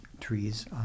trees